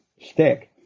stick